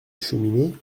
cheminée